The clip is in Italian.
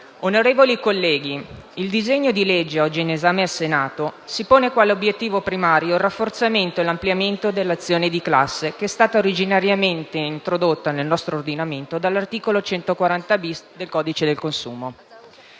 onorevoli colleghi, il disegno di legge oggi in esame al Senato si pone quale obiettivo primario il rafforzamento e l'ampliamento dell'azione di classe, originariamente introdotta nel nostro ordinamento dall'articolo 140-*bis* del codice del consumo.